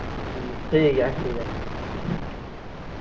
ᱦᱮᱸ ᱴᱷᱤᱠ ᱜᱮᱭᱟ ᱴᱷᱮᱠ ᱜᱮᱭᱟ